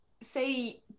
say